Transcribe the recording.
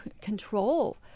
control